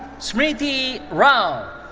smriti rao.